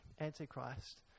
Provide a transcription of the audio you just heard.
Antichrist